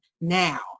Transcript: now